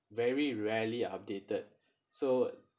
very rarely updated so